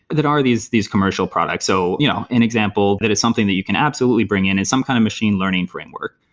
that are these these commercial products. so you know an example that is something that you can absolutely bring in in some kind of machine learning framework.